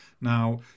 now